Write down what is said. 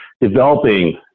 developing